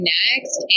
next